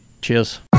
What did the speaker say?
Cheers